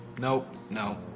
nope, no,